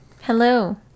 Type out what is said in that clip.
Hello